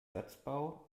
satzbau